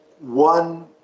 One